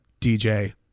DJ